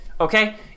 Okay